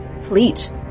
fleet